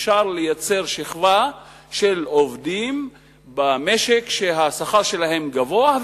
אפשר לייצר שכבה של עובדים במשק שהשכר שלהם גבוה,